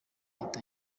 ahita